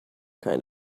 kind